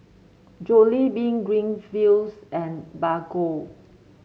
Jollibean Greenfields and Bargo